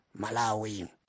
Malawi